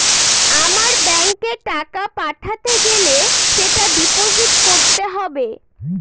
আমার ব্যাঙ্কে টাকা পাঠাতে গেলে সেটা ডিপোজিট করতে হবে